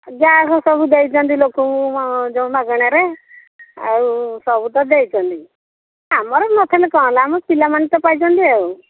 gas ସବୁ ଦେଇଛନ୍ତି ଲୋକଙ୍କୁ ଯୋଉ ମାଗଣାରେ ଆଉ ସବୁ ତ ଦେଇଛନ୍ତି ଆମର ନଥିଲେ କ'ଣ ହେଲା ଆମ ପିଲାମାନେ ତ ପାଇଛନ୍ତି ଆଉ